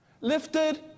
Lifted